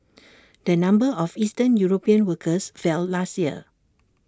the number of eastern european workers fell last year